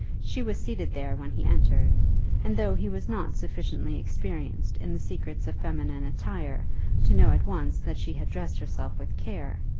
she was seated there when he entered and though he was not sufficiently experienced in the secrets of feminine attire to know at once that she had dressed herself with care,